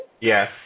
Yes